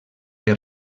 que